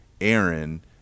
Aaron